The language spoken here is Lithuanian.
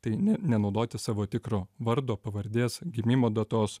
tai ne nenaudoti savo tikro vardo pavardės gimimo datos